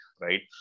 right